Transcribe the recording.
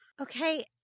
Okay